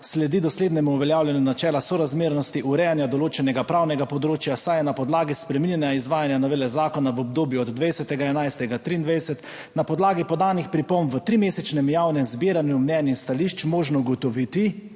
Sledi doslednemu uveljavljanju načela sorazmernosti urejanja določenega pravnega področja, saj je na podlagi spremljanja izvajanja novele zakona v obdobju od 20. 11. 2023, na podlagi podanih pripomb v trimesečnem javnem zbiranju mnenj in stališč možno ugotoviti,